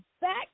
back